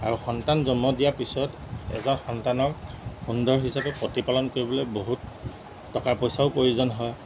আৰু সন্তান জন্ম দিয়াৰ পিছত এজন সন্তানক সুন্দৰ হিচাপে প্ৰতিপালন কৰিবলৈ বহুত টকা পইচাও প্ৰয়োজন হয়